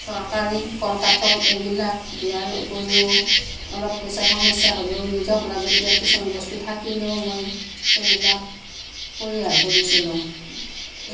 দৰকাৰী কৰ কাতল এইবিলাক দিয়াৰ ওপৰিও অলপ পইচা সমস্যা হ'লেও নিজৰ লাগতিয়াল কিছুমান বস্তু থাকিলেও মই সেইবিলাক পৰিহাৰ কৰিছিলোঁ